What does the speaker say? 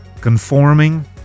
conforming